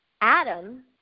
Adam